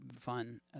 fun